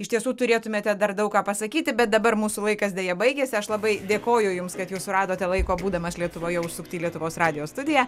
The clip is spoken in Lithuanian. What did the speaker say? iš tiesų turėtumėte dar daug ką pasakyti bet dabar mūsų laikas deja baigėsi aš labai dėkoju jums kad jūs suradote laiko būdamas lietuvoje užsukti į lietuvos radijo studiją